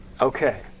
Okay